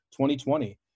2020